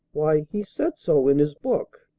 why, he said so in his book.